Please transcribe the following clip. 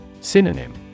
Synonym